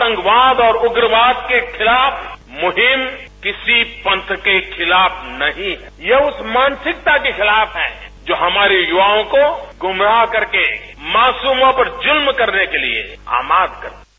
आतंकवाद और उग्रवाद के खिलाफ मुहिम किसी पंथ के खिलाफ नहीं है ये उस मानसिकता के खिलाफ है जो हमारे युवाओं को गुमराह करके मासूमो पर जुल्म करने के लिए अमादा है